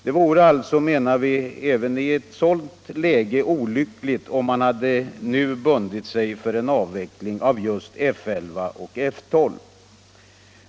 Det vore alltså, menar vi, även i ett sådant läge olyckligt om man nu hade bundit sig för en indragning av just F 11 och F12.